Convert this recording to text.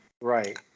right